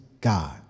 God